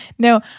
No